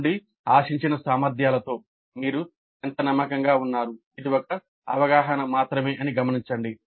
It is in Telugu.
మీ నుండి ఆశించిన సామర్థ్యాలతో మీరు ఎంత నమ్మకంగా ఉన్నారు ఇది ఒక అవగాహన మాత్రమే అని గమనించండి